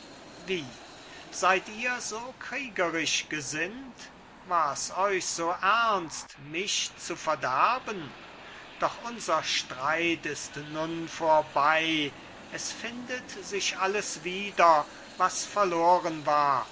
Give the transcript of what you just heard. wie seid ihr so kriegerisch gesinnt wars euch so ernst mich zu verderben doch unser streit ist nun vorbei es findet sich alles wieder was verloren war